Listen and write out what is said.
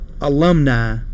alumni